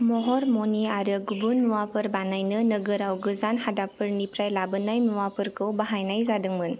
महर मनि आरो गुबुन मुवाफोर बानायनो नोगोराव गोजान हादाबफोरनिफ्राय लाबोनाय मुवाफोरखौ बाहायनाय जादोंमोन